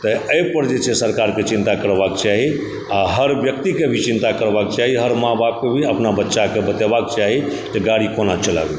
तऽ एहिपर जे छै सरकारके चिन्ता करबाक चाही आओर हर व्यक्तिकेँ भी चिन्ता करबाक चाही हर माँ बापके भी अपना बाल बच्चाकेँ बतेबाक चाही जे गाड़ी कोना चलाबी